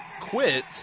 quit